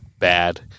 bad